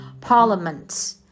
parliament